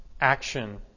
action